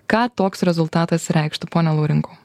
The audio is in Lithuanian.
ką toks rezultatas reikštų pone laurinkau